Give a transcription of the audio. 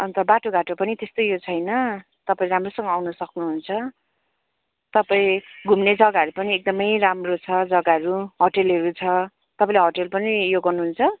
अन्त बाटोघाटो पनि त्यस्तै यो छैन तपाईँ राम्रोसँग आउन सक्नुहुन्छ तपाईँ घुम्ने जग्गाहरू पनि एकदमै राम्रो छ जग्गाहरू होटलहरू छ तपाईँले होटल पनि यो गर्नुहुन्छ